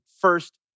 first